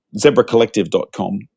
zebracollective.com